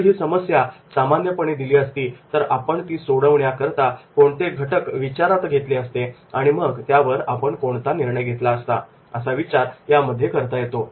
जर ही समस्या सामान्यपणे दिली असती तर आपण ती सोडवण्याकरता कोणते घटक विचारात घेतले असते आणि मग आपण त्यावर कोणता निर्णय घेतला असता असा विचार यामध्ये करता येतो